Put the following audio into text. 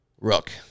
rook